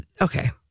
okay